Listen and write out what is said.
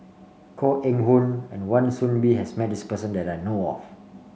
Koh Eng Hoon and Wan Soon Bee has met this person that I know of